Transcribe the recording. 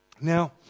Now